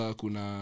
kuna